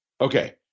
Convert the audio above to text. Okay